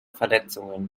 verletzungen